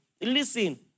listen